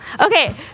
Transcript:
Okay